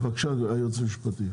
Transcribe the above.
בבקשה, היועץ המשפטי.